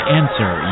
answer